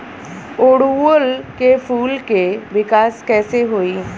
ओड़ुउल के फूल के विकास कैसे होई?